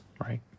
right